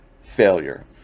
failure